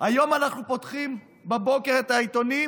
היום אנחנו פותחים בבוקר את העיתונים